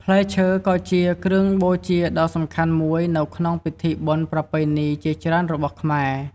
ផ្លែឈើក៏ជាគ្រឿងបូជាដ៏សំខាន់មួយនៅក្នុងពិធីបុណ្យប្រពៃណីជាច្រើនរបស់ខ្មែរ។